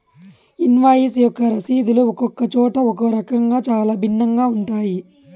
invoice యొక్క రసీదులు ఒక్కొక్క చోట ఒక్కో రకంగా చాలా భిన్నంగా ఉంటాయి